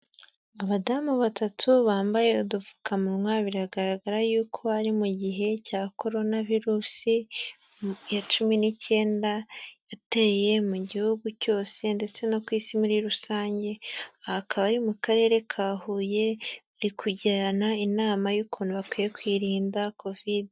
Abadamu batatu bambaye udupfukamunwa biragaragara yuko ari mu gihe cya Korona virusi ya cumi n'icyenda yateye mu gihugu cyose ndetse no ku isi muri rusange, aha akaba ari mu karere ka Huye, bari kugirana inama y'ukuntu bakwiye kwirinda Kovide.